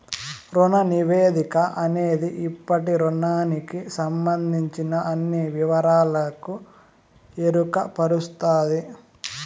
రుణ నివేదిక అనేది ఇప్పటి రుణానికి సంబందించిన అన్ని వివరాలకు ఎరుకపరుస్తది